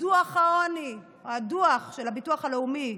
דוח העוני, הדוח של הביטוח הלאומי,